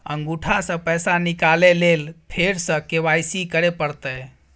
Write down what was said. अंगूठा स पैसा निकाले लेल फेर स के.वाई.सी करै परतै?